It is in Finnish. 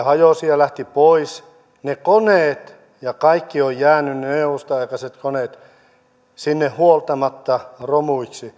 hajosi lähti pois sieltä ne koneet ja kaikki ovat jääneet ne neuvostoaikaiset koneet sinne huoltamatta romuiksi